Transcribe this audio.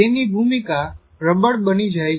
તેની ભૂમિકા પ્રબળ બની જાય છે